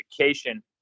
education